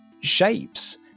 shapes